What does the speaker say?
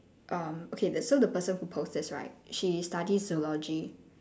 um okay the so the person who post this right she study zoology